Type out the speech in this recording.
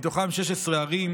מהן 16 ערים,